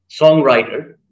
songwriter